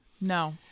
No